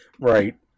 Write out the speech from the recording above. right